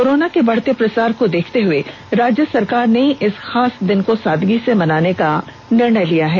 corona के बढ़ते प्रसार को देखते हुये राज्य सरकार ने इस खास दिन को सादगी से मनाने का निर्णय लिया है